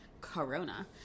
Corona